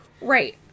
Right